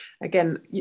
again